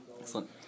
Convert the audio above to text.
Excellent